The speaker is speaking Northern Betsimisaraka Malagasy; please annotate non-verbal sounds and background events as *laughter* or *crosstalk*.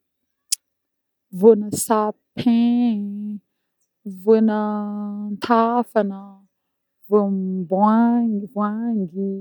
*hesitation* vôana sapin, vôana-a antafagna, vôam-boangy, voangy.